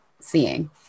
seeing